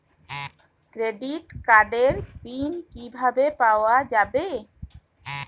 Credit কার্ডের pin কিভাবে পাওয়া যাবে?